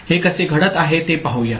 हे कसे घडत आहे ते पाहूया